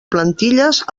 plantilles